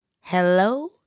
Hello